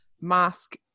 mask